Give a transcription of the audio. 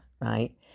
right